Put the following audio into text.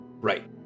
right